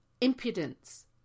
impudence